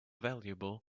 valuable